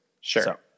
Sure